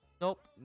nope